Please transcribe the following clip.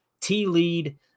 T-lead